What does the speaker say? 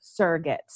surrogates